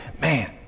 man